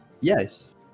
yes